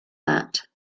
that